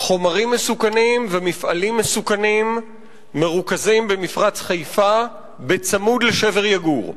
חומרים מסוכנים ומפעלים מסוכנים מרוכזים במפרץ חיפה בצמוד לשבר יגור,